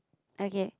okay